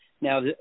Now